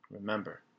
Remember